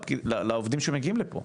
לעובדים שמגיעים לפה.